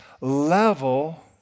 level